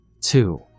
Two